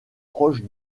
proche